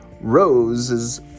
Rose's